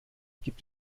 gibt